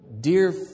Dear